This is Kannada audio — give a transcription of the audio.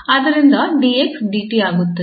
ಆದ್ದರಿಂದ 𝑑𝑥 𝑑𝑡 ಆಗುತ್ತದೆ